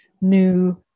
new